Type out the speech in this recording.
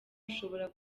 ushobora